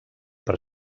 per